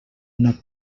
una